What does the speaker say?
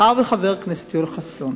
מאחר שחבר הכנסת יואל חסון